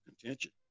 contention